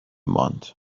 ماند